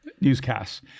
newscasts